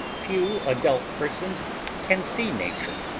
few adult persons can see nature.